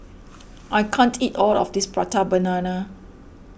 I can't eat all of this Prata Banana